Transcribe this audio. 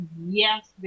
yes